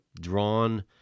drawn